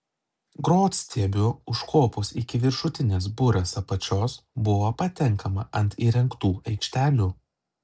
grotstiebiu užkopus iki viršutinės burės apačios buvo patenkama ant įrengtų aikštelių